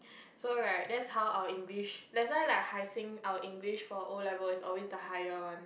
so right that's how our English that's why like Hai-Sing our English for O-level is always the higher one